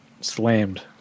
slammed